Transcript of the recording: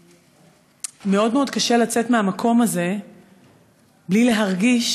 ומאוד מאוד קשה לצאת מהמקום הזה בלי להרגיש